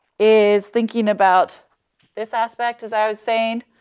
is thinking about this aspect as i was saying,